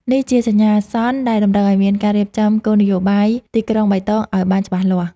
នេះជាសញ្ញាអាសន្នដែលតម្រូវឱ្យមានការរៀបចំគោលនយោបាយទីក្រុងបៃតងឱ្យបានច្បាស់លាស់។